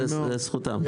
זה בזכותם.